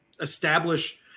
establish